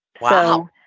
Wow